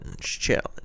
challenge